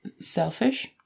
selfish